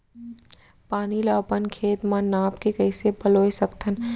पानी ला अपन खेत म नाप के कइसे पलोय सकथन?